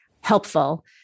helpful